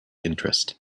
interest